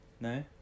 No